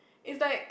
is like